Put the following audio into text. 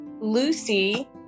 Lucy